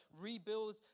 rebuild